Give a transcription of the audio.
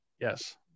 Yes